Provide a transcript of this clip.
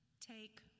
Take